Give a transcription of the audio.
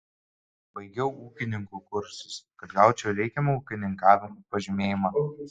baigiau ūkininkų kursus kad gaučiau reikiamą ūkininkavimui pažymėjimą